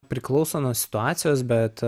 priklauso nuo situacijos bet